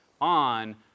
on